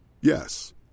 Yes